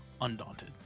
undaunted